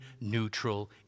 neutral